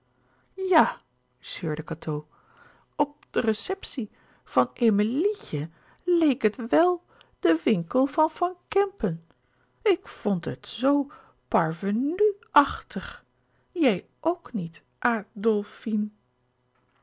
jà zeurde cateau op de receptie van emiliètje leek het wèl de winkel van van kempen ik vond het zoo parvenùàchtig jij ook niet adlfine